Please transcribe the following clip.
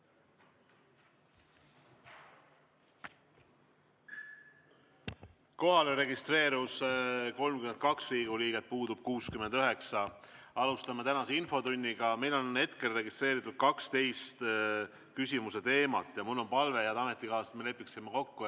Kohale registreerus 32 Riigikogu liiget, puudub 69. Alustame tänast infotundi. Meil on hetkel registreeritud 12 küsimuse teemat. Ja mul on palve, head ametikaaslased, et me lepiksime kokku